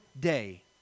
day